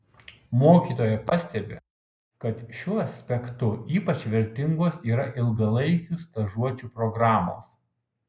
mokytoja pastebi kad šiuo aspektu ypač vertingos yra ilgalaikių stažuočių programos